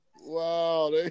wow